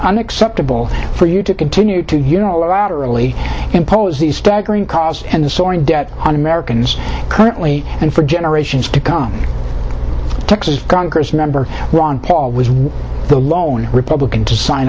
unacceptable for you to continue to unilaterally impose these staggering cost and the soaring debt on americans currently and for generations to come texas congress member ron paul was the lone republican to sign